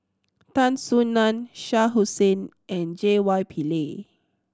Tan Soo Nan Shah Hussain and J Y Pillay